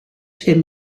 him